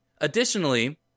Additionally